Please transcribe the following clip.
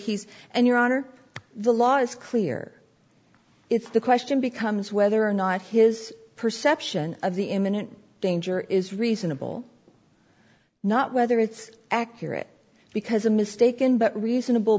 he's and your honor the law is clear if the question becomes whether or not his perception of the imminent danger is reasonable not whether it's accurate because a mistaken but reasonable